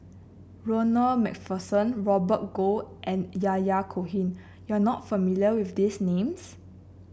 Ronald MacPherson Robert Goh and Yahya Cohen you are not familiar with these names